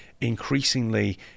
increasingly